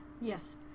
Yes